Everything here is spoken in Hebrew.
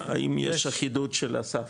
האם יש אחידות של הסף?